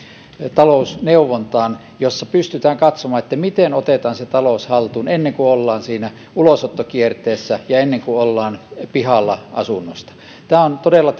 talousneuvontaan jossa pystytään katsomaan että miten otetaan se talous haltuun ennen kuin ollaan ulosottokierteessä ja ennen kuin ollaan pihalla asunnosta tämä ennaltaehkäisevä ote on todella